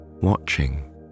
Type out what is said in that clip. watching